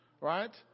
right